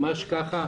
ממש כך.